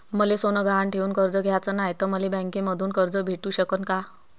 मले सोनं गहान ठेवून कर्ज घ्याचं नाय, त मले बँकेमधून कर्ज भेटू शकन का?